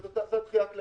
זה דחייה כללית.